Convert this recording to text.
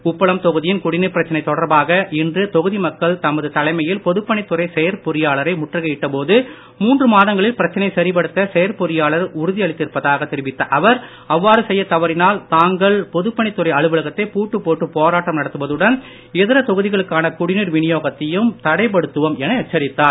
உப்பளம் தொகுதியின் குடிநீர் பிரச்சினை தொடர்பாக இன்று தொகுதி மக்கள் தமது தலைமையில் பொதுப்பணித்துறை செயற்பொறியாளரை முற்றுகையிட்ட போது செயற்பொறியாளர் உறுதியளித்திருப்பதாக தெரிவித்த அவர் அவ்வாறு செய்யத் தவறினால் தாங்கள் பொதுப்பணித் துறை அலுவலகத்தை பூட்டு போட்டு போராட்டம் நடத்துவதுடன் இதர தொகுதிகளுக்கான குடிநீர் விநியோகமும் தடைபடுத்தப்படும் என எச்சரித்தார்